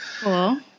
Cool